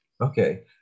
Okay